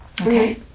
Okay